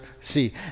see